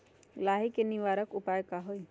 लाही के निवारक उपाय का होई?